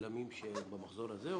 צלמים שבמחזור הזה?